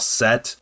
set